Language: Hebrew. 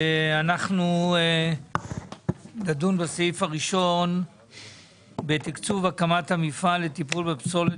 אנחנו נדון היום בתקצוב הקמת המפעל לטיפול בפסולת